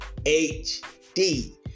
HD